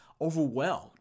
overwhelmed